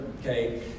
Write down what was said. okay